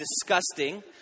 disgusting